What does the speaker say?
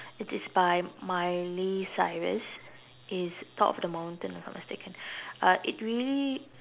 it is by miley cyrus it's top of the mountain if I'm not mistaken um it really